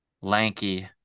Lanky